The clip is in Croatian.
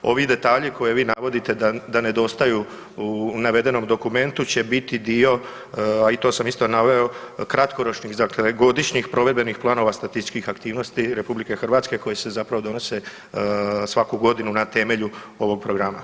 Ovi detalji koje vi navodite da nedostaju u navedenom dokumentu će biti dio, a i to sam isto naveo kratkoročnih dakle godišnjih provedbenih planova statističkih aktivnosti RH koji se zapravo donose svaku godinu na temelju ovog programa.